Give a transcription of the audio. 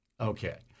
Okay